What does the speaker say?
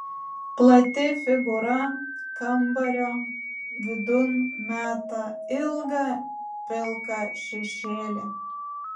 plati figūra kambario vidun meta ilgą pilką šešėlį